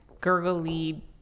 gurgly